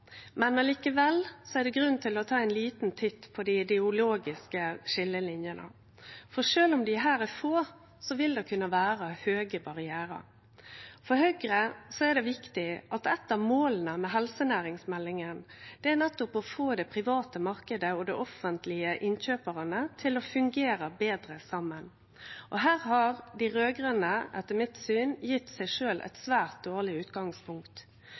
men det er likevel grunn til å ta ein liten titt på dei ideologiske skiljelinene, for sjølv om dei her er få, vil det kunne vere høge barrierar. For Høgre er det viktig at eit av måla med helsenæringsmeldinga nettopp er å få den private marknaden og dei offentlege innkjøperane til å fungere betre saman, og her har dei raud-grøne etter mitt syn gjeve seg sjølv eit svært dårleg utgangspunkt.